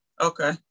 okay